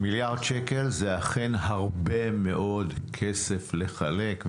מיליארד שקל זה אכן הרבה מאוד כסף לחלק.